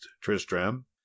tristram